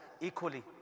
equally